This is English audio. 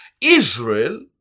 Israel